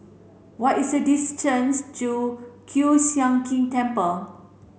what is the distance to Kiew Sian King Temple